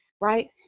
right